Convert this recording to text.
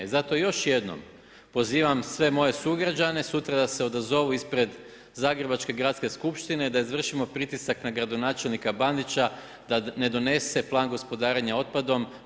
I zato još jednom pozivam sve moje sugrađane sutra da se odazovu ispred Zagrebačke gradske skupštine da izvršimo pritisak na gradonačelnika Bandića, da ne donese plan gospodarenje otpadom.